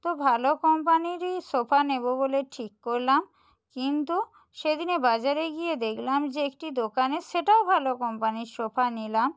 তো ভালো কম্পানিরই সোফা নেবো বলে ঠিক করলাম কিন্তু সেদিনে বাজারে গিয়ে দেখলাম যে একটি দোকানে সেটাও ভালো কোম্পানির সোফা নিলাম